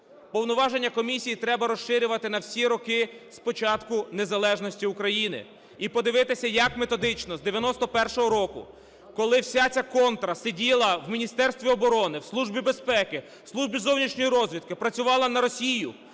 Повноваження комісії треба розширювати на всі роки з початку незалежності України і подивитися як методично з 91-го року, коли вся ця контра сиділа в Міністерстві оборони, в Службі безпеки, Службі зовнішньої розвідки, працювала на Росію,